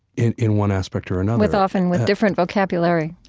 in in one aspect or another with often, with different vocabulary.